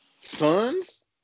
Sons